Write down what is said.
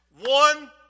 One